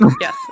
yes